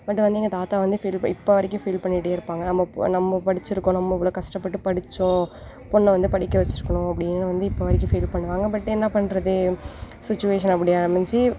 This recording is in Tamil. பட் வந்து எங்கள் தாத்தா வந்து ஃபீல் இப்போ வரைக்கும் ஃபீல் பண்ணிக்கிட்டே இருப்பாங்க நம்ம ப நம்ம படித்திருக்கோம் நம்ம இவ்வளோ கஷ்டப்பட்டு படித்தோம் பெண்ண வந்து படிக்க வச்சிருக்கணும் அப்படின்னு வந்து இப்போ வரைக்கும் ஃபீல் பண்ணுவாங்க பட் என்ன பண்ணுறது சுச்சுவேஷன் அப்படி அமைஞ்சு